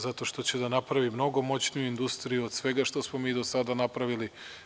Zato što će da napravi mnogo moćniju industriju od svega što smo mi do sada napravili.